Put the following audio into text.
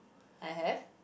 I have